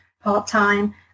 part-time